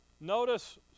notice